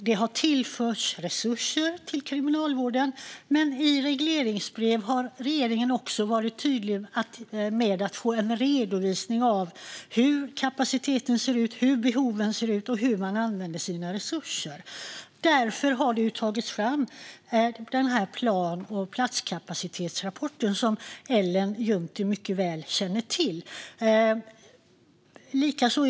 Det har tillförts resurser till Kriminalvården, men i regleringsbrev har regeringen också varit tydlig med att den vill få en redovisning av hur kapaciteten och behoven ser ut och hur resurserna används. Därför har planen för platskapaciteten, som Ellen Juntti mycket väl känner till, tagits fram.